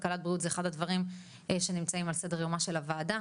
כלכלת בריאות זה אחד הדברים שנמצאים על סדר יומה של הוועדה.